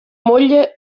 moglie